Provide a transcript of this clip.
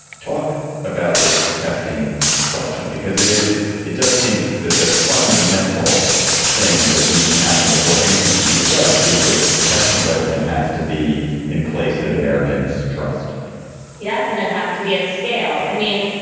talk about this testing question, because it is it does seem that the fundamental thing that needs to happen before anything can be discussed is that a testing regimen has to be in place that americans trust yes. and it has to be at scale. i mean,